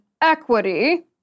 equity